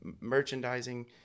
merchandising